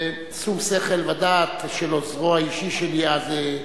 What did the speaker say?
בשום שכל ודעת של עוזרי האישי אז,